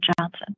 Johnson